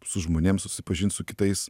su žmonėm susipažint su kitais